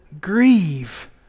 grieve